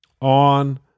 on